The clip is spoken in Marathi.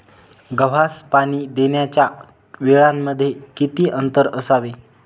गव्हास पाणी देण्याच्या वेळांमध्ये किती अंतर असावे?